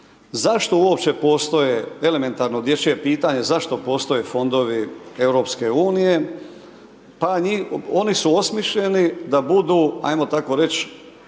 Zašto uopće postoje, elementarno dječje pitanje, zašto postoje fondovi Europske unije? Pa njih, oni su osmišljeni da budu, ajmo tako reć',